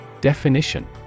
Definition